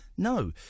No